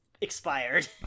expired